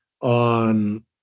on